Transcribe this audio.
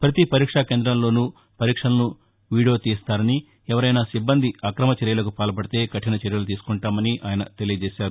ప్రతి పరీక్షా కేందాల్లోను పరీక్షలను వీడియో తీస్తామని ఎవరైనా సిబ్బంది అక్రమ చర్యలకు పాల్పడితే కఠిన చర్యలు తీసుకుంటామరి ఆయన తెలియచేశారు